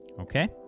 Okay